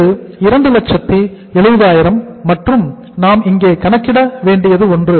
இது 270000 மற்றும் நாம் இங்கே கணக்கிட வேண்டிய ஒன்று